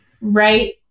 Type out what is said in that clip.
right